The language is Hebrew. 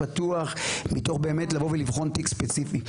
פתוח מתוך באמת לבוא ולבחון תיק ספציפי.